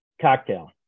cocktail